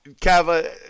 Kava